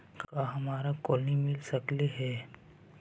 का हमरा कोलनी मिल सकले हे?